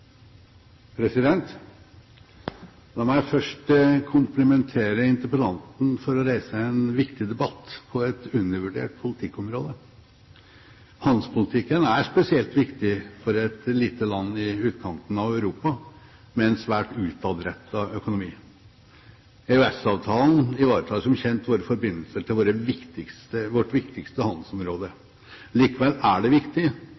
et undervurdert politikkområde. Handelspolitikken er spesielt viktig for et lite land i utkanten av Europa med en svært utadrettet økonomi. EØS-avtalen ivaretar som kjent våre forbindelser til vårt viktigste handelsområde. Likevel er det viktig